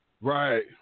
Right